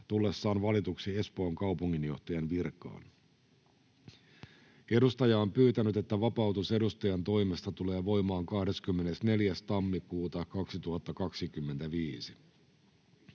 tullessaan valituksi Espoon kaupunginjohtajan virkaan. Edustaja on pyytänyt, että vapautus edustajantoimesta tulee voimaan 24.1.2025.